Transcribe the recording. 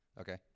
okay